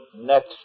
next